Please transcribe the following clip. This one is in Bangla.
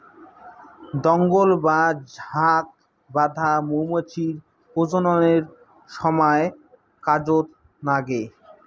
দঙ্গল বা ঝাঁক বাঁধা মৌমাছির প্রজননের সমায় কাজত নাগে